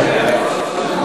כן,